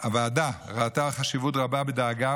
הוועדה ראתה חשיבות רבה בדאגה,